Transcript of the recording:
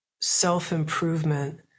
self-improvement